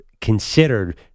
considered